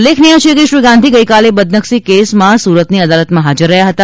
ઉલ્લેખનીય છે કે શ્રી ગાંધી ગઇકાલે બદનક્ષી કેસમાં સુરતની અદાલતમાં હાજર રહ્યા હતા